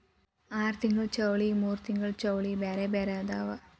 ಆರತಿಂಗ್ಳ ಚೌಳಿ ಮೂರತಿಂಗ್ಳ ಚೌಳಿ ಬ್ಯಾರೆ ಬ್ಯಾರೆ ಅದಾವ